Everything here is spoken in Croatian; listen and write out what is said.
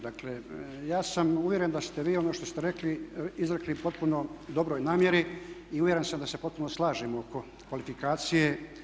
Dakle, ja sam uvjeren da ste vi ono što ste rekli izrekli u potpuno dobroj namjeri i uvjeren sam da se potpuno slažemo oko kvalifikacije.